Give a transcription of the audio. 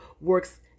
works